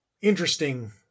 interesting